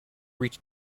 reach